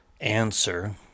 answer